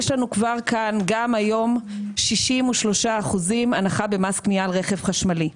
יש לנו כבר כאן גם היום 63% הנחה במס קנייה על רכב חשמלי.